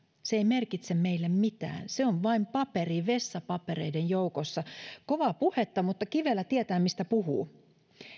se ei merkitse meille mitään se on vaan paperi vessapapereiden joukossa kovaa puhetta mutta kivelä tietää mistä puhuu